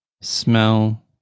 smell